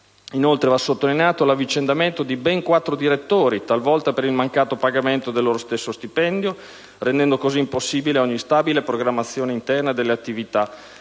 Inoltre, va sottolineato l'avvicendamento di ben quattro direttori, talvolta per il mancato pagamento del loro stesso stipendio, ciò che ha reso impossibile ogni stabile programmazione interna delle attività